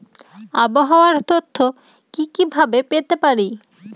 আবহাওয়ার তথ্য কি কি ভাবে পেতে পারি?